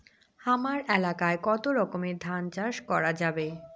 হামার এলাকায় কতো রকমের ধান চাষ করা যাবে?